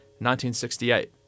1968